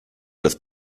das